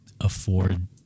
afford